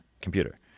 computer